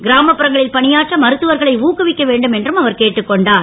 கிராமப்புறங்களில் பணியாற்ற மருத்துவர்களை ஊக்குவிக்க வேண்டும் என்றும் அவர் கேட்டுக் கொண்டார்